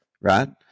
Right